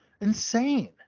insane